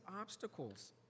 obstacles